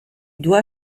dois